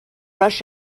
rush